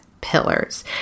pillars